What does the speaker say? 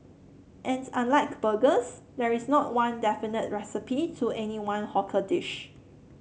and unlike burgers there is not one definitive recipe to any one hawker dish